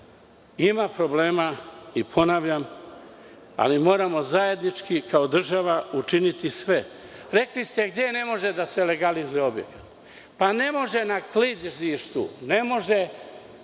Ima problema, ponavljam, ali moramo zajednički kao država učiniti sve. Rekli ste – gde ne može da se legalizuje objekat? Ne može na klizištu, ne može